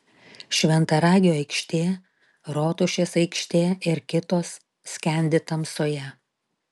šventaragio aikštė rotušės aikštė ir kitos skendi tamsoje